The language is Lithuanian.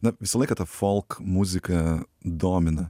na visą laiką ta folk muzika domina